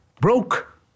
broke